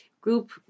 group